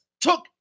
took